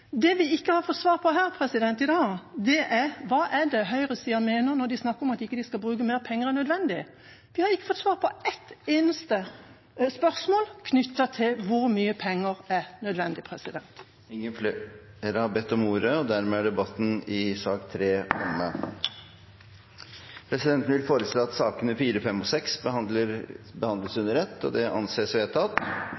Det vi ikke har fått svar på her i dag, er: Hva er det høyresida mener når de snakker om at de ikke skal bruke mer penger enn nødvendig? Vi har ikke fått svar på ett eneste spørsmål knyttet til hvor mye penger som er nødvendig. Flere har ikke bedt om ordet til sak nr. 3. Presidenten vil foreslå at sakene nr. 4–6 behandles under ett. – Det anses vedtatt. Etter ønske fra familie- og